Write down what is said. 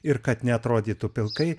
ir kad neatrodytų pilkai